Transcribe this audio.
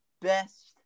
Best